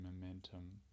momentum